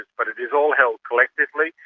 but it is all held collectively.